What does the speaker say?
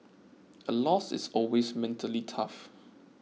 a loss is always mentally tough